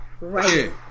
Right